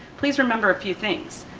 please remember a few things.